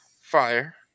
fire